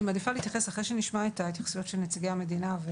אני מעדיפה להתייחס אחרי שנשמע את נציגי משרדי הממשלה.